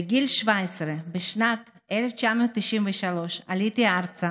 בגיל 17, בשנת 1993, עליתי ארצה